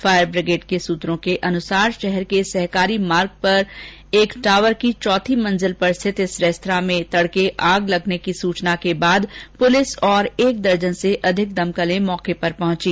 fire brigade के सूत्रों के अनुसार शहर के सहकारी मार्ग पर एक टावर की चौथी मंजिल पर स्थित इस रेस्त्रां में तड़के आग लगने की सूचना पर पुलिस और एक दर्जन से अधिक दमकलें मौके पर पहुंची